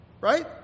right